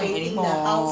I don't know more